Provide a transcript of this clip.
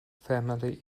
family